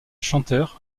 chanteur